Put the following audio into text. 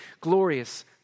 glorious